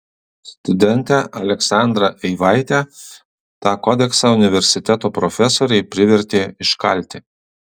studentę aleksandrą eivaitę tą kodeksą universiteto profesoriai privertė iškalti